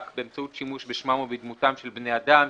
באמצעות שימוש בשמם או בדמותם של בני אדם,